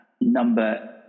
number